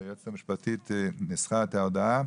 היועצת המשפטית ניסחה את ההודעה.